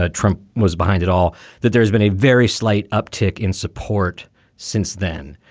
ah trump was behind it all that there's been a very slight uptick in support since then,